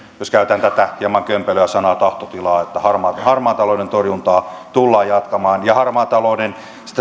jos käytän tätä hieman kömpelöä sanaa tahtotila että harmaan talouden torjuntaa tullaan jatkamaan harmaan talouden